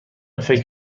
فکر